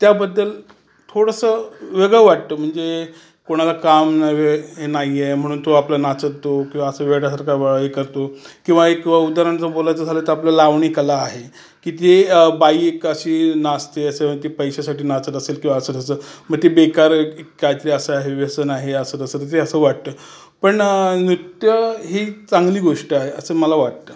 त्याबद्दल थोडंसं वेगळं वाटतं म्हणजे कोणाला काम नवे नाही आहे म्हणून तो आपलं नाचतो किंवा असं वेड्यासारखा हे करतो किंवा एक उदाहरण जर बोलायचं झालं तर आपलं लावणी कला आहे की ती बाई एक अशी नाचते असं ती पैशासाठी नाचत असेल किंवा असं तसं मग ते बेकार काही तरी असं आहे व्यसन आहे असं तसं तर ते असं वाटतं पण नृत्य ही चांगली गोष्ट आहे असं मला वाटतं